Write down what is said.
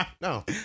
No